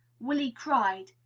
willy cried.